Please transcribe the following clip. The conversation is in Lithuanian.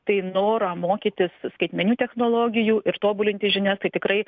tai norą mokytis skaitmeninių technologijų ir tobulinti žinias tai tikrai